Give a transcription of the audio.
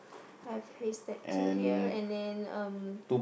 have haystack too here and then um